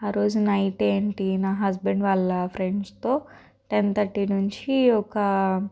ఆ రోజు నైట్ ఏంటి నా హస్బెండ్ వాళ్ళ ఫ్రెండ్స్తో టెన్ థర్టీ నుంచి ఒక